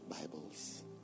Bibles